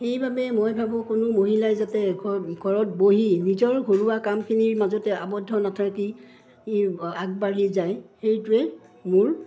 সেইবাবে মই ভাবোঁ কোনো মহিলাই যাতে ঘৰ ঘৰত বহি নিজৰ ঘৰুৱা কামখিনিৰ মাজতে আৱদ্ধ নাথাকি আগবাঢ়ি যায় সেইটোৱে মোৰ